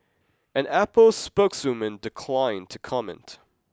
an Apple spokeswoman declined to comment